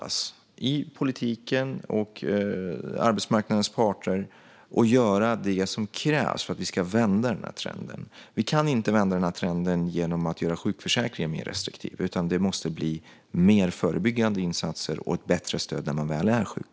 Men vi i politiken och arbetsmarknadens parter måste samlas och göra det som krävs för att vi ska vända denna trend. Vi kan inte vända denna trend genom att göra sjukförsäkringen mer restriktiv, utan det måste bli mer förebyggande insatser och ett bättre stöd när man väl är sjuk.